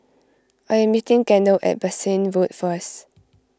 I am meeting Gaynell at Bassein Road first